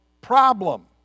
problem